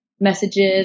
messages